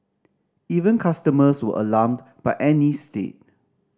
even customers were alarmed by Annie's state